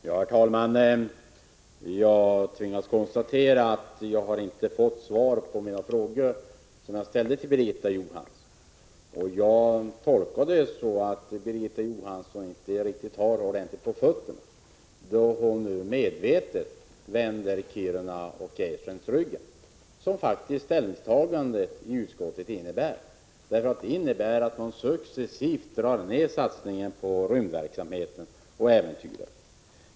Herr talman! Jag tvingas konstatera att jag inte har fått svar av Birgitta Johansson på mina frågor. Jag tolkar detta som att Birgitta Johansson inte har tillräckligt på fötterna, då hon nu medvetet vänder Kiruna och Esrange ryggen. Utskottets ställningstagande innebär faktiskt en successiv neddragning av satsningen på rymdverksamheten och äventyren.